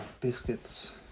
biscuits